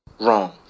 Wrong